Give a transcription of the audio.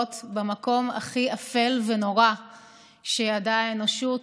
במקום הכי אפל ונורא שידעה האנושות,